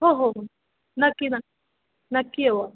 हो हो हो नक्की नक्की नक्की येऊ आम्ही